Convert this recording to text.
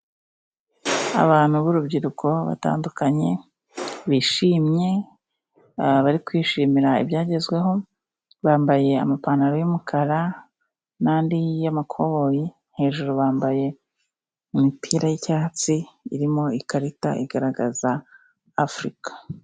Abantu b'urubyiruko batandukanye bishimye bari kwishimira ibyagezweho, bambaye amapantaro y'umukara n'andi y'amakoboyi hejuru bambaye imipira y'icyatsi irimo ikarita igaragaza Afurika.